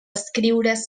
escriure